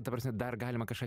ta prasme dar galima kažką